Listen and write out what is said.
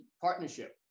partnership